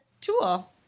tool